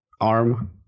arm